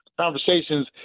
conversations